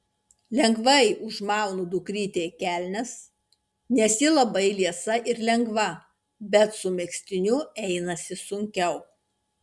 lengvai užmaunu dukrytei kelnes nes ji labai liesa ir lengva bet su megztiniu einasi sunkiau